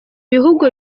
bihugu